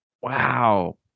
Wow